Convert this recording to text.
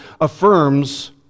affirms